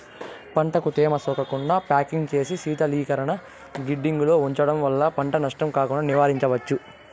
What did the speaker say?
పంటకు తేమ సోకకుండా ప్యాకింగ్ చేసి శీతలీకరణ గిడ్డంగులలో ఉంచడం వల్ల పంట నష్టం కాకుండా నివారించుకోవచ్చు